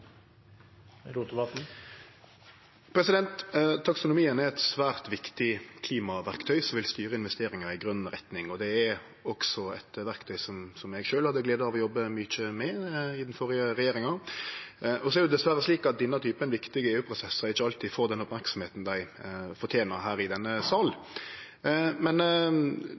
det er også eit verktøy som eg sjølv hadde glede av å jobbe mykje med i den førre regjeringa. Så er det dessverre slik at denne typen viktige EU-prosessar ikkje alltid får den merksemda dei fortener her i denne sal. Men